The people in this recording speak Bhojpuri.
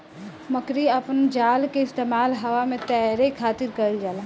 मकड़ी अपना जाल के इस्तेमाल हवा में तैरे खातिर कईल जाला